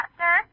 sir